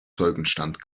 zeugenstand